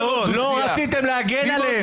לא רציתם להגן עליהם.